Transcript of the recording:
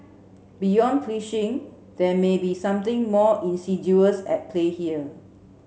beyond phishing there may be something more insidious at play here